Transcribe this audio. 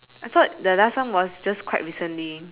I thought the last one was just quite recently